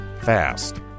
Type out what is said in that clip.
fast